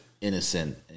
innocent